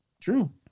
True